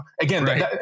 again